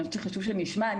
שאני חושבת שחשוב שנשמע.